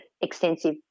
extensive